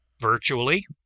virtually